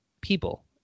people